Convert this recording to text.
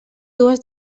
dues